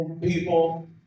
people